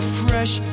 fresh